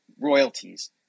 royalties